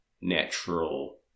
natural